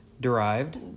Derived